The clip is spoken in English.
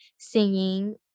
singing